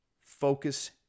focus